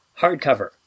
hardcover